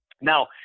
Now